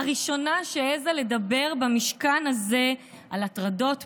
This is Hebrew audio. הראשונה שהעזה לדבר במשכן הזה על הטרדות מיניות,